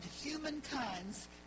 humankind's